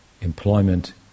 employment